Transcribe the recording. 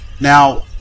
Now